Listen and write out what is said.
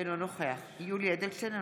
אינו נוכח יולי יואל אדלשטיין,